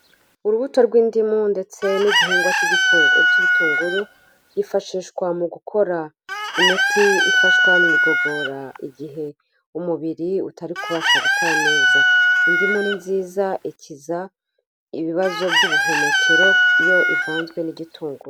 Urubuto rw'indimu ndetse n'igihingwa cy'igitunguru cy'ibitunguru byifashishwa mu gukora imiti ifashwa mu igogora igihe umubiri utari kubasha gukora neza, indimu ni nziza ikiza ibibazo by'ubuhumekero iyo ivanzwe n'igitunguru.